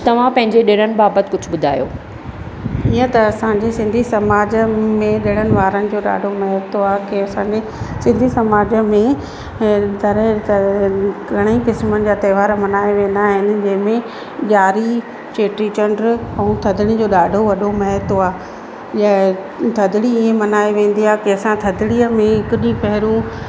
तव्हां पंहिंजे कुझु ॾिणनि बाबति ॿुधायो हीअं त असांजे सिंधी समाज में ॾिणनि वारनि जो ॾाढो महत्व आहे की असांजे सिंधी समाज में अ तरह तरह घणेई किस्मु जा त्योहार मल्हाए वेंदा आहिनि जंहिंमें ॾियारी चेटी चंड ऐं थदड़ी जो ॾाढो वॾो महत्व इअ थदड़ी ईअं मल्हाए वेंदी आहे की असां थदड़ीअ में हिक ॾींहुं पहिरयों